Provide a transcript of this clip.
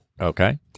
Okay